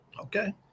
Okay